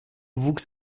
wuchs